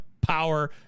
power